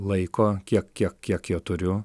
laiko kiek kiek kiek jo turiu